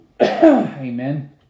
Amen